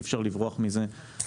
אי אפשר לברוח מזה.